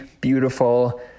beautiful